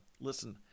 listen